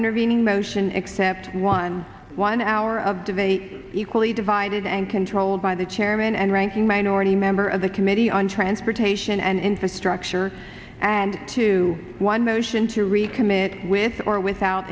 intervening motion except one one hour of debate equally divided and controlled by the chairman and ranking minority member of the committee on transportation and infrastructure and two one motion to recommit with or without